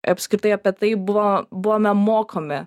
apskritai apie tai buvo buvome mokomi